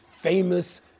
famous